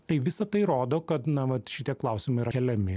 tai visa tai rodo kad na vat šitie klausimai yra keliami